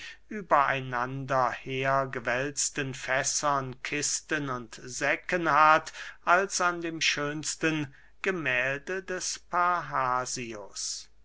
über einander hergewälzten fässern kisten und säcken hat als an dem schönsten gemählde des